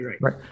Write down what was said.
right